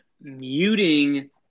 muting